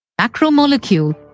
macromolecule